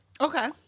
Okay